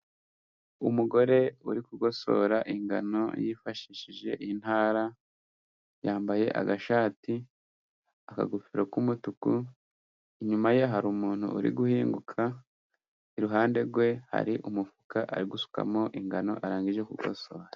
Umugore uri kugosora ingano yifashishije intara, yambaye agashati, akagofero k'umutuku, inyuma ye hari umuntu uri guhinguka, iruhande rwe hari umufuka ari gusukamo ingano arangije gukosora.